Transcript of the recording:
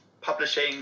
publishing